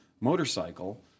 motorcycle